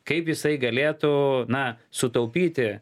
kaip jisai galėtų na sutaupyti